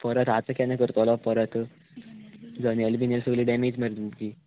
परत आतां केन्ना करतलो परत जनेलां बिनेलां बी सगळी डॅमेज मरे तुमची